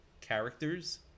characters